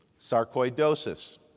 sarcoidosis